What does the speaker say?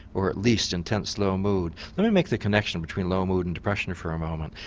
or at least intense low mood. let me make the connection between low mood and depression for a moment.